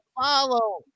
follow